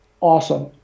awesome